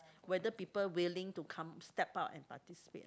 whether people willing to come step out and participate lah